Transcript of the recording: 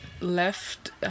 left